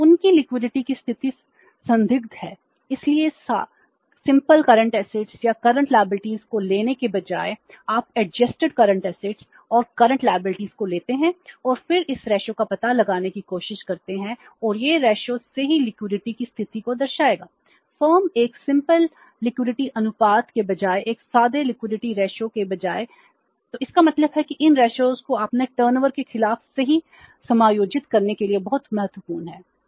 तो उनकी लिक्विडिटी के खिलाफ सही समायोजित करने के लिए बहुत महत्वपूर्ण है